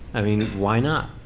i mean, why not?